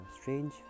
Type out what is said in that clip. strange